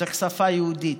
צריך שפה יהודית,